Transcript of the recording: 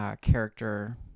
Character